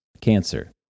cancer